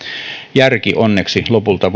järki onneksi lopulta